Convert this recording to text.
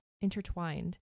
intertwined